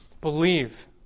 Believe